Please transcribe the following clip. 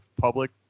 public